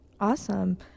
Awesome